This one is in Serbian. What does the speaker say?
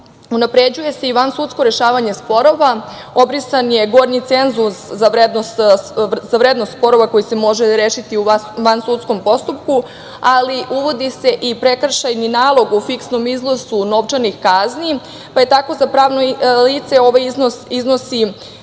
putovanja. Unapređuje se i vansudsko rešavanje sporova. Obrisan je gornji cenzus za vrednost sporova koji se može rešiti u vansudskom postupku, ali uvodi i se i prekršajni nalog u fiksnom iznosu novčanih kazni, pa je tako za pravno lice ovaj iznos iznosi